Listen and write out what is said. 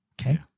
Okay